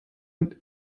und